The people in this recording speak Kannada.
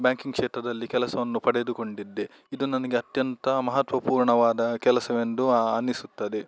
ಬ್ಯಾಂಕಿಂಗ್ ಕ್ಷೇತ್ರದಲ್ಲಿ ಕೆಲಸವನ್ನು ಪಡೆದುಕೊಂಡಿದ್ದೆ ಇದು ನನಗೆ ಅತ್ಯಂತ ಮಹತ್ವಪೂರ್ಣವಾದ ಕೆಲಸವೆಂದು ಅನ್ನಿಸುತ್ತದೆ